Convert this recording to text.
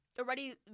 already